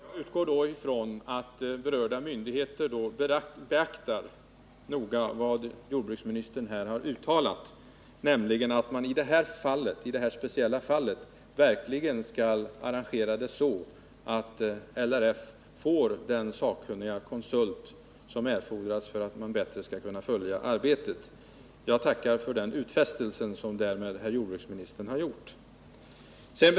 Herr talman! Jag utgår ifrån att berörda myndigheter beaktar vad jordbruksministern här har uttalat, nämligen att man i det här speciella fallet skall ordna det så att LRF får den sakkunniga konsult som erfordras för att man bättre skall kunna följa arbetet. Jag tackar för den utfästelse som herr jordbruksministern därmed har gjort.